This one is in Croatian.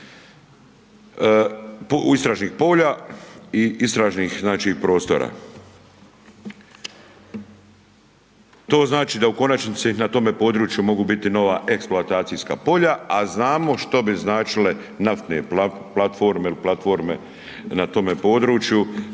istražnih polja i istražnih prostora. To znači da u konačnici na tome području mogu biti nova eksploatacijska polja, a znamo što bi značile naftne platforme ili platforme na tome području